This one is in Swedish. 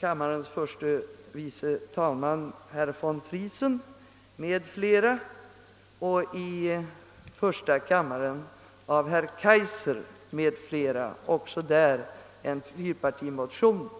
herr förste vice talmannen von Friesen m.fl. och i första kammaren av herr Kaijser m.fl. Den är även i första kammaren fyrpartimotion.